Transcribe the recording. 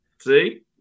See